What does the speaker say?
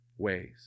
ways